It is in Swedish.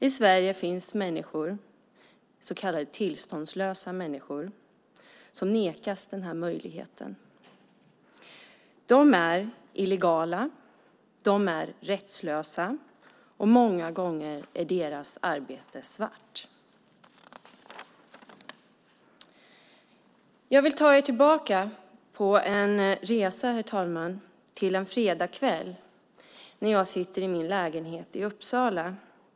I Sverige finns människor, så kallade tillståndslösa människor, som nekas denna möjlighet. De är illegala och rättslösa, och många gånger arbetar de svart. Herr talman! Jag vill ta er tillbaka på en resa till en fredagskväll när jag sitter i min lägenhet i Uppsala.